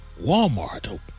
Walmart